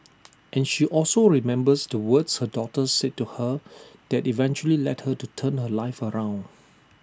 and she also remembers the words her daughter said to her that eventually led her to turn her life around